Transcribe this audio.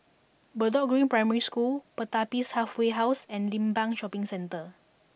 Bedok Green Primary School Pertapis Halfway House and Limbang Shopping Centre